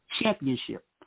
championship